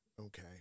okay